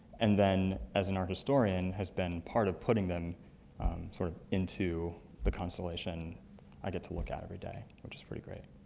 and then as an art historian, has been part of putting them sort of into the constellation i get to look at every day, which is pretty great.